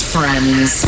Friends